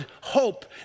hope